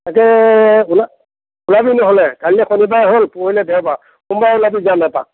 তাকে ওলা ওলাবি নহ'লে কাইলৈ শনিবাৰ হ'ল পৰহিলৈ দেওবাৰ সোমবাৰে ওলাবি যাম এপাক